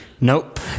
Nope